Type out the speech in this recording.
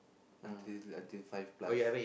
until until five plus